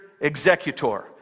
executor